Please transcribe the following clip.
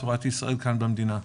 תורת ישראל כאן במדינה.